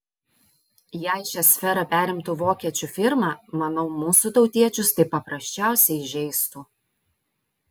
jei šią sferą perimtų vokiečių firma manau mūsų tautiečius tai paprasčiausiai įžeistų